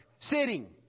sitting